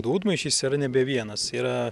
dūdmaišiais yra nebe vienas yra